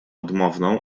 odmowną